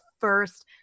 first